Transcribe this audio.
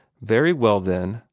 very well, then,